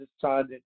decided